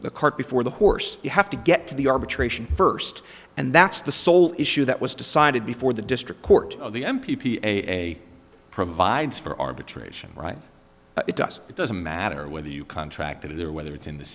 the cart before the horse you have to get to the arbitration first and that's the sole issue that was decided before the district court the m p p a provides for arbitration right it doesn't it doesn't matter whether you contract it or whether it's in the